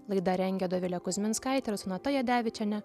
laidą rengė dovilė kuzminskaitė ir sonata jadevičienė